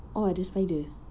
oh ada spider